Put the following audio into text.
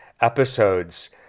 episodes